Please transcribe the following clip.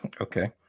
okay